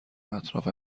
اطراف